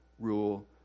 rule